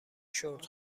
شورت